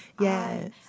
Yes